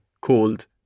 called